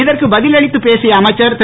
இதற்கு பதில் அளித்த பேசிய அமைச்சர் திரு